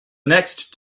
next